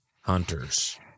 hunters